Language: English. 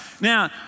Now